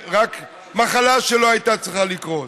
מאשר רק מחלה שלא הייתה צריכה לקרות.